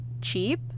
cheap